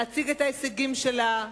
להציג את ההישגים שלה,